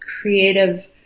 creative